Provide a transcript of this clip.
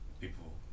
people